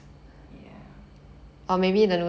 ya